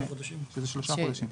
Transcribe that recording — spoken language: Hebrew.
זה לשלושה חודשים.